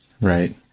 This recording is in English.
Right